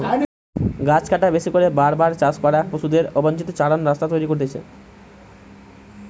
গাছ কাটা, বেশি করে বার বার চাষ করা, পশুদের অবাঞ্চিত চরান রাস্তা তৈরী করতিছে